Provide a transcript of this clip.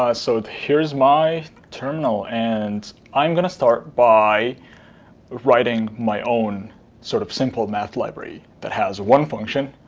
ah so, here's my terminal. and i'm going to start by writing my own sort of simple math library that has one function.